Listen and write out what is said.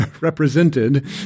represented